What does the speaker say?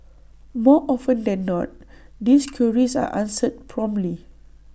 more often than not these queries are answered promptly